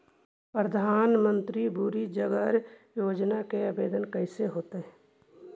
प्रधानमंत्री बेरोजगार योजना के आवेदन कैसे होतै?